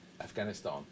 Afghanistan